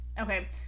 Okay